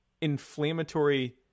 inflammatory